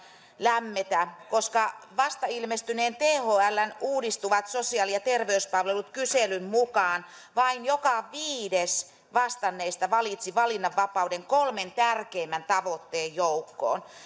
lämmetä koska vasta ilmestyneen thln uudistuvat sosiaali ja terveyspalvelut kyselyn mukaan vain joka viides vastanneista valitsi valinnanvapauden kolmen tärkeimmän tavoitteen joukkoon